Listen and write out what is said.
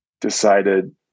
decided